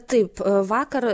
taip vakar